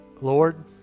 Lord